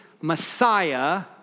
Messiah